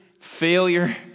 failure